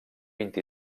vint